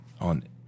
on